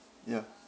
yup